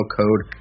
code